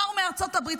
באו מארצות הברית,